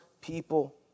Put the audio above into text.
people